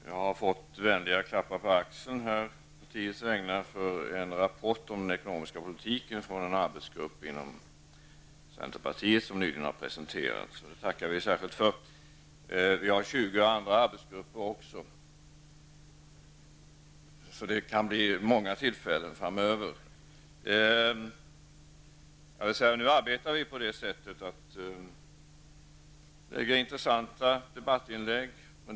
Herr talman! Jag har fått vänliga klappar på axeln riktade till partiet med anledning av en rapport om den ekonomiska politiken som har gjorts av en arbetsgrupp inom centerpartiet och som nyligen har presenterats, och det tackar vi särskilt för. Men vi har ytterligare 20 arbetsgrupper, så det kan bli många sådana här tillfällen framöver. Vi i centern arbetar på det sättet att vi presenterar intressanta debattinlägg.